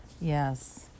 Yes